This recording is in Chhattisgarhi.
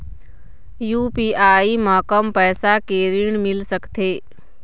यू.पी.आई म कम पैसा के ऋण मिल सकथे?